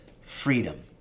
freedom